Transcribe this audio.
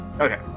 Okay